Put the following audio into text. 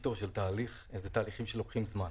אלה תהליכים שלוקחים זמן.